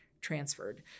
transferred